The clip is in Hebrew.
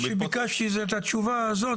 כל מה שביקשתי זה את התשובה הזאת.